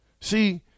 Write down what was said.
See